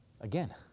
Again